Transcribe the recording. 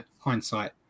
hindsight